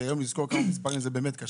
כי היום לזכור כמה מספרים זה באמת קשה.